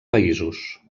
països